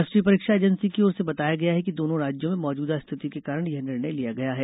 राष्ट्रीय परीक्षा एजेंसी की ओर से बताया गया है कि दोनों राज्यों में मौजूदा स्थिति के कारण यह निर्णय लिया गया है